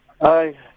Hi